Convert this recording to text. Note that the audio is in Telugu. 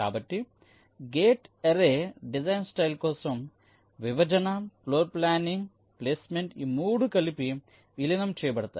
కాబట్టి గేట్ అర్రే డిజైన్ స్టైల్ కోసం విభజన ఫ్లోర్ప్లానింగ్ ప్లేస్మెంట్ ఈ మూడు కలిపి విలీనం చేయబడతాయి